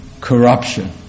corruption